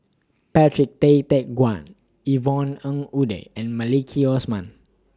Patrick Tay Teck Guan Yvonne Ng Uhde and Maliki Osman